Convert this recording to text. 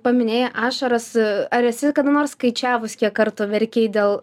paminėjai ašaras ar esi kada nors skaičiavus kiek kartų verkei dėl